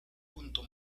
punto